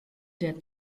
der